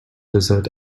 desert